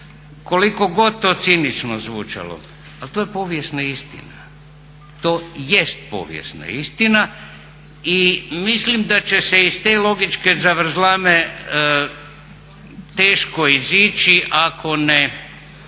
Koliko god to cinično zvučalo ali to je povijesna istina. To jest povijesna istina i mislim da će se iz te logičke zavrzlame teško izići ako